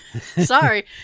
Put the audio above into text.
Sorry